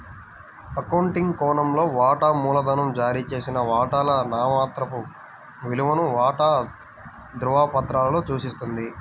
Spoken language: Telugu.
అకౌంటింగ్ కోణంలో, వాటా మూలధనం జారీ చేసిన వాటాల నామమాత్రపు విలువను వాటా ధృవపత్రాలలో సూచిస్తుంది